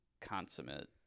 consummate